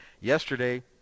Yesterday